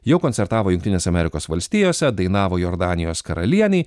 jau koncertavo jungtinėse amerikos valstijose dainavo jordanijos karalienei